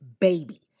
baby